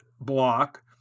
block